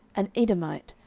an edomite,